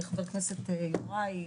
לחה"כ יוראי,